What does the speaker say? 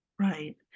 Right